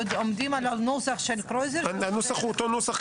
עומדים על הנוסח של קרויזר --- הם אומרים שהנוסח הוא אותו נוסח.